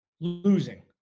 Losing